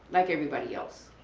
like everybody else.